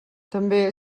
també